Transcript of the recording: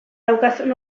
daukazun